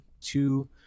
two